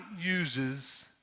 uses